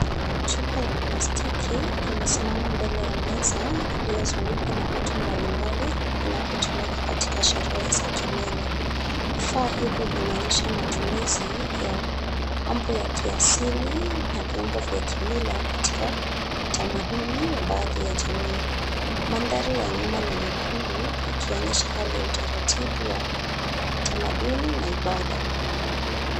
Chupa ya plastiki imesimama juu ya meza iliyozungukwa na vitu mbalimbali vinavyotumika katika sherehe za kimila. Vifaa vivi vinaonyesha matumizi ya ampu ya kiasili na vyombo vya kimila katika utamaduni wa baadhi ya jamii. Mandhari ya nyuma ni nyekundu ikionyesha hali ya utaratibu wa tamaduni na ibada.